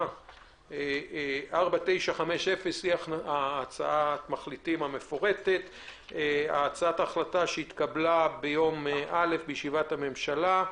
בקשה מספר 4950 שהתקבלה ביום ראשון בישיבת הממשלה,